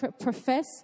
profess